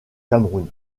cameroun